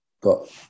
got